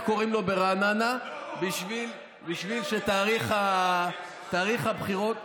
קוראים לו" ברעננה בשביל שתאריך הבחירות,